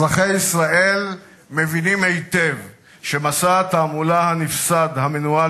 אזרחי ישראל מבינים היטב שמסע התעמולה הנפסד המנוהל